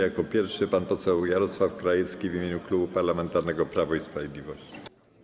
Jako pierwszy pan poseł Jarosław Krajewski w imieniu Klubu Parlamentarnego Prawo i Sprawiedliwość.